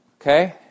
Okay